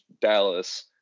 Dallas